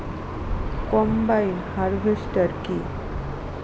Combine harvester কি?